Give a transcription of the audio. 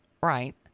Right